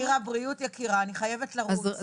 נירה, בריאות יקירה, אני חייבת לרוץ.